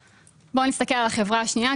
נסתכל על החברה השנייה.